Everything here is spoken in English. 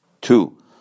Two